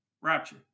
rapture